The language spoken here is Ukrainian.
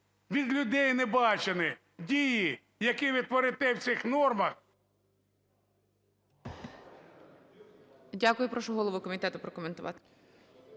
від людей небачені дії, які ви творите в цих нормах…